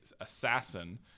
assassin